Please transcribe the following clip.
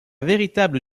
véritable